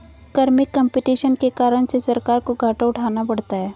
कर में कम्पटीशन के कारण से सरकार को घाटा उठाना पड़ता है